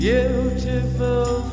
Beautiful